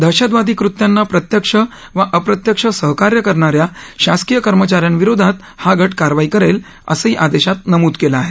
दहशतवादी कृत्यांना प्रत्यक्ष वा अप्रत्यक्ष सहकार्य करणाऱ्या शासकीय कर्मचाऱ्यांविरोधात हा गाकारवाई करले असंही आदेशात नमूद केलं आहे